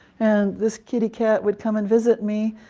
and this kitty cat would come and visit me.